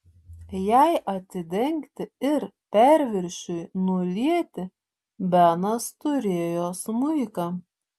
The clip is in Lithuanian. jai atidengti ir perviršiui nulieti benas turėjo smuiką